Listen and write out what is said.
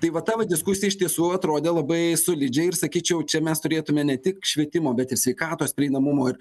tai va ta va diskusija iš tiesų atrodė labai solidžiai ir sakyčiau čia mes turėtume ne tik švietimo bet ir sveikatos prieinamumo ir